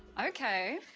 okay.